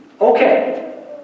okay